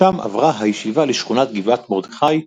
משם עברה הישיבה לשכונת גבעת מרדכי,